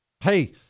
hey